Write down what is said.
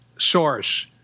source